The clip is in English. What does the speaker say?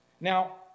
Now